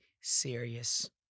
serious